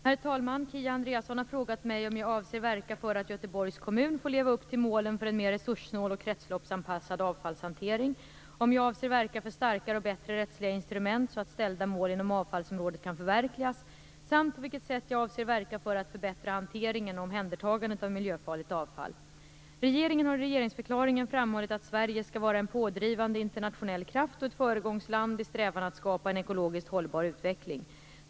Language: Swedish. Herr talman! Kia Andreasson har frågat mig om jag avser verka för att Göteborgs kommun får leva upp till målen för en mer resurssnål och kretsloppsanpassad avfallshantering, om jag avser verka för starkare och bättre rättsliga instrument så att uppställda mål inom avfallsområdet kan förverkligas samt på vilket sätt jag avser verka för att förbättra hanteringen och omhändertagandet av miljöfarligt avfall. Regeringen har i regeringsförklaringen framhållit att Sverige skall vara en pådrivande internationell kraft och ett föregångsland i strävan att skapa en ekologiskt hållbar utveckling.